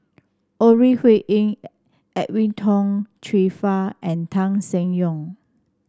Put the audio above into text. Ore Huiying Edwin Tong Chun Fai and Tan Seng Yong